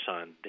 son